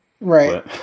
right